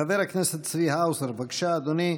חבר הכנסת צבי האוזר, בבקשה, אדוני.